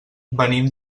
venim